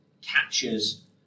captures